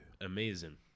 amazing